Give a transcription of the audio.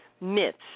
myths